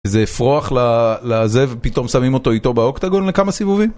איזה פרוח לעזב, פתאום שמים אותו איתו באוקטגון לכמה סיבובים?